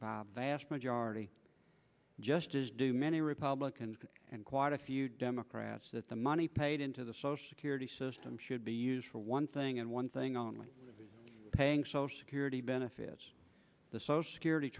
by vast majority just as do many republicans and quite a few democrats that the money paid into the social security system should be used for one thing and one thing only paying social security benefits the social security